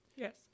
Yes